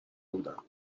بودم